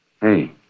Hey